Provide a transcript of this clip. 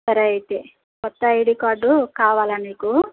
సరే ఐతే క్రొత్త ఐడి కార్డు కావాలా నీకు